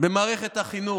במערכת החינוך.